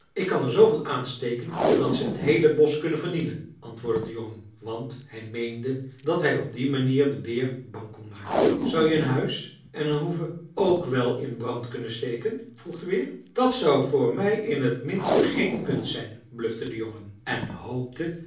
ik kan er zooveel aansteken dat ze t heele bosch kunnen vernielen antwoordde de jongen want hij meende dat hij op die manier den beer bang kon maken zou je een huis en een hoeve ook wel in brand kunnen steken vroeg de beer dat zou voor mij in t minst geen kunst zijn blufte de jongen en hoopte